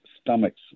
stomachs